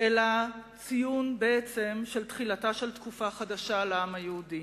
היא היתה ציון של תחילת תקופה חדשה לעם היהודי,